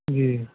جی